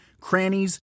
crannies